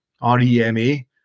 R-E-M-A